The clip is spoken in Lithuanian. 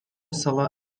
sala